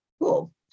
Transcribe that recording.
Cool